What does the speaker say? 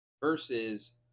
versus